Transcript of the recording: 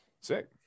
sick